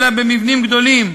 אלא במבנים גדולים: